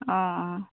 অঁ অঁ